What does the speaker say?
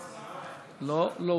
לא, זה לא.